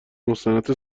مستند